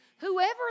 Whoever